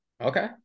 okay